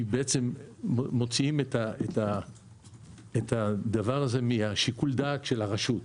בעצם, מוציאים את הדבר הזה משיקול הדעת של הרשות,